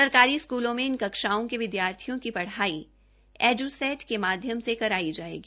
सरकारी स्कूलों में इन कक्षाओं के विद्यार्थियों की ढ़ाई ऐजुसेट के माध्यम से करायी जायेगी